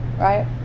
Right